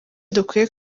dukwiye